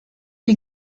die